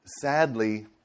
sadly